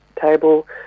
table